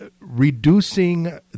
reducing